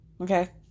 Okay